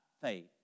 faith